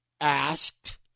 asked